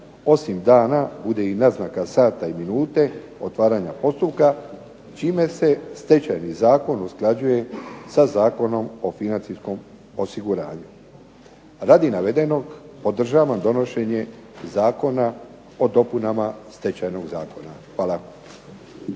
osim dana bude i naznaka sata i minute otvaranja postupka čime se Stečajni zakon usklađuje sa Zakonom o financijskom osiguranju. Radi navedenog podržavam donošenje Zakona o dopunama stečajnog zakona. Hvala.